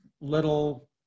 little